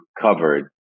covered